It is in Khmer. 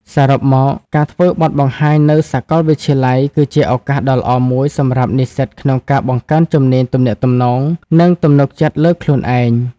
សរុបមក ការធ្វើបទបង្ហាញនៅសាកលវិទ្យាល័យគឺជាឱកាសដ៏ល្អមួយសម្រាប់និស្សិតក្នុងការបង្កើនជំនាញទំនាក់ទំនង និងទំនុកចិត្តលើខ្លួនឯង។